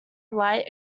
light